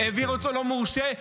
העביר אותו לא מורשה.